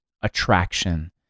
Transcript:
attraction